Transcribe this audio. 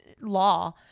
law